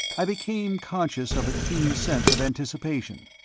i became conscious of a keen sense of anticipation.